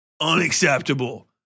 Unacceptable